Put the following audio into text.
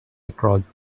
across